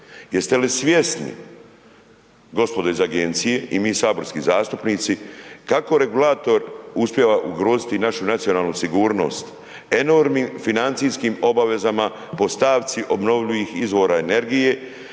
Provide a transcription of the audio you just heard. Jeste li svjesni gospodo iz agencije i mi saborski zastupnici kako regulator uspijeva ugroziti i našu nacionalnu sigurnost, enormnim financijskim obavezama po stavci obnovljivih izvora energije